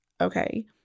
okay